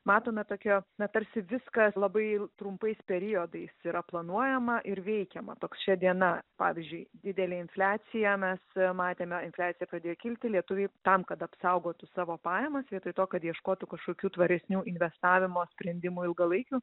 matome tokie na tarsi viskas labai trumpais periodais yra planuojama ir veikiama toks šia diena pavyzdžiui didelė infliacija mes matėme infliacija pradėjo kilti lietuviai tam kad apsaugotų savo pajamas vietoj to kad ieškotų kašokių tvaresnių investavimo sprendimų ilgalaikių